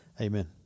Amen